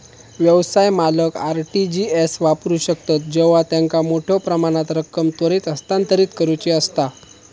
व्यवसाय मालक RTGS वापरू शकतत जेव्हा त्यांका मोठ्यो प्रमाणात रक्कम त्वरित हस्तांतरित करुची असता